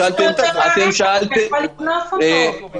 --- אתה יכול לקנוס אותו.